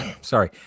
sorry